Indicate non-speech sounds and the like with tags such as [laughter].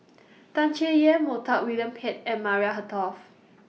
[noise] Tan Chay Yan Montague William Pett and Maria Hertogh